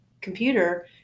computer